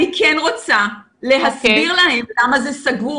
הנה, היא רוצה להגיד מה כן.